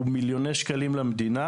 הוא מיליוני שקלים למדינה,